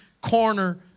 corner